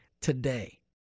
today